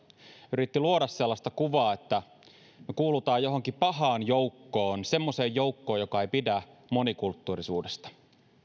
yritti luoda sellaista kuvaa että me kuulumme johonkin pahaan joukkoon semmoiseen joukkoon joka ei pidä monikulttuurisuudesta